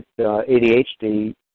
ADHD